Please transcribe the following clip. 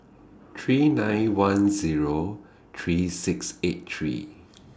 three nine one Zero three six eight three